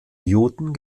newton